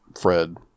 Fred